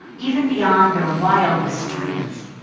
even beyond their wildest dreams.